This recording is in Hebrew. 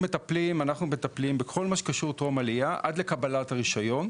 מטפלים בכל מה שקשור טרום עליה עד לקבלת הרישיון,